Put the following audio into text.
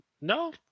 no